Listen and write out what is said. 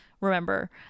remember